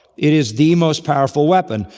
it is the most powerful weapon.